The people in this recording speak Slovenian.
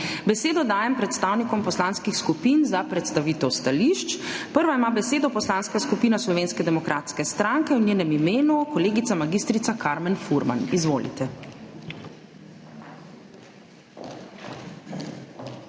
Besedo dajem predstavnikom poslanskih skupin za predstavitev stališč. Prva ima besedo Poslanska skupina Slovenske demokratske stranke, v njenem imenu kolegica mag. Karmen Furman. Izvolite.